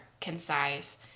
concise